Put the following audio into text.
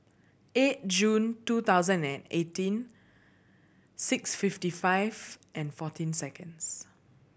eight June two thousand and eighteen six fifty five and fourteen seconds